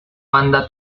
banda